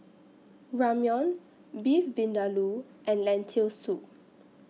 Ramyeon Beef Vindaloo and Lentil Soup